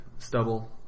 Stubble